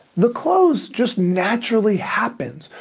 the close just naturally happens.